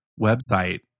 website